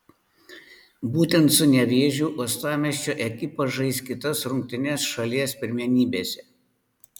būtent su nevėžiu uostamiesčio ekipa žais kitas rungtynes šalies pirmenybėse